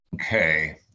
Okay